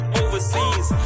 overseas